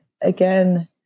again